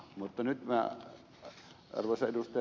mutta nyt arvoisa ed